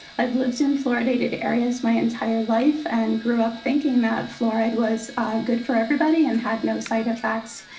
i've lived in fluoridated areas my entire life and grew up thinking that fluoride was good for everybody and had no side effects.